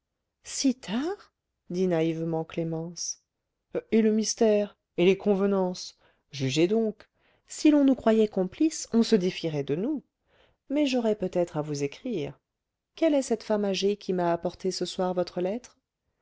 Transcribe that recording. si tard dit naïvement clémence et le mystère et les convenances jugez donc si l'on nous croyait complices on se défierait de nous mais j'aurai peut-être à vous écrire quelle est cette femme âgée qui m'a apporté ce soir votre lettre